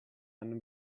anno